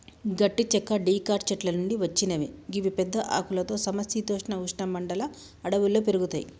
గట్టి చెక్క డికాట్ చెట్ల నుంచి వచ్చినవి గివి పెద్ద ఆకులతో సమ శీతోష్ణ ఉష్ణ మండల అడవుల్లో పెరుగుతయి